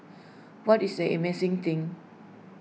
what is this amazing thing